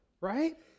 right